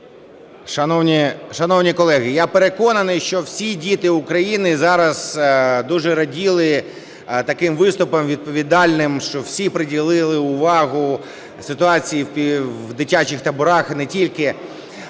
Шановні колеги, я переконаний, що всі діти України зараз дуже раділи таким виступам відповідальним, що всі приділили увагу ситуації в дитячих таборах і не тільки.